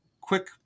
quick